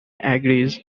agrees